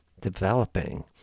developing